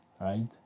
Right